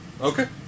Okay